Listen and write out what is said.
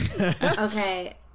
Okay